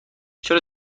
چرا